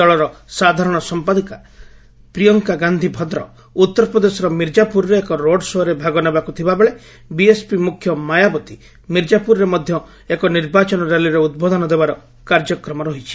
ଦଳର ସାଧାରଣ ସମ୍ପାଦିକ ପ୍ରିୟଙ୍କା ଗାନ୍ଧି ଭଦ୍ର ଉତ୍ତରପ୍ରଦେଶର ମିର୍ଜାପୁରରେ ଏକ ରୋଡ୍ ଶୋ'ରେ ଭାଗ ନେବାକୁ ଥିବା ବେଳେ ବିଏସ୍ପି ମୁଖ୍ୟ ମାୟାବତୀ ମିର୍ଜାପୁରରେ ମଧ୍ୟ ଏକ ନିର୍ବାଚନ ର୍ୟାଲିରେ ଉଦ୍ବୋଧନ ଦେବାର କାର୍ଯ୍ୟକ୍ରମ ରହିଛି